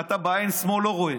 אתה בעין שמאל לא רואה.